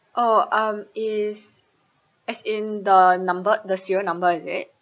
oh um it's as in the numbered the serial number is it